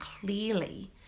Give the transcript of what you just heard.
clearly